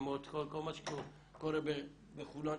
כל מה שקורה בחולון,